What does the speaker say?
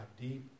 deep